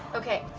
okay.